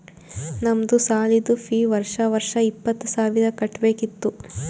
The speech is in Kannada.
ನಮ್ದು ಸಾಲಿದು ಫೀ ವರ್ಷಾ ವರ್ಷಾ ಇಪ್ಪತ್ತ ಸಾವಿರ್ ಕಟ್ಬೇಕ ಇತ್ತು